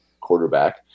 quarterback